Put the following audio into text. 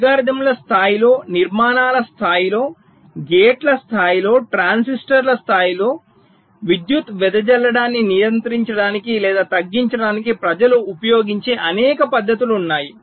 అల్గోరిథంల స్థాయిలో నిర్మాణాల స్థాయిలో గేట్ల స్థాయిలో ట్రాన్సిస్టర్ల స్థాయిలో విద్యుత్తు వెదజల్లడాన్ని నియంత్రించడానికి లేదా తగ్గించడానికి ప్రజలు ఉపయోగించే అనేక పద్ధతులు ఉన్నాయి